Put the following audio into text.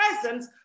presence